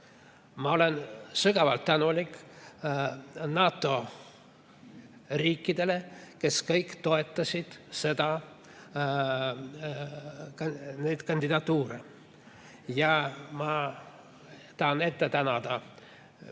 Ma olen sügavalt tänulik NATO riikidele, kes kõik toetasid nende riikide kandidatuuri. Ja ma tahan ette tänada